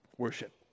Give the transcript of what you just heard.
Worship